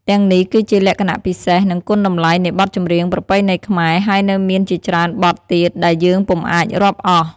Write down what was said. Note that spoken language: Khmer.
ទាំងនេះគឺជាលក្ខណៈពិសេស និងគុណតម្លៃនៃបទចម្រៀងប្រពៃណីខ្មែរ ហើយនៅមានជាច្រើនបទទៀតដែលយើងពុំអាចរាប់អស់។